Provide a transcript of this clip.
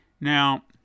Now